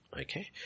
Okay